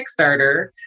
Kickstarter